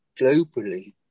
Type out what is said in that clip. globally